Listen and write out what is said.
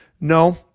no